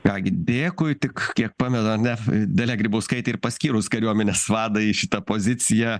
ką gi dėkui tik kiek pamenu ar ne dalia grybauskaitė ir paskyrus kariuomenės vadą į šitą poziciją